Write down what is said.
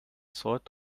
sort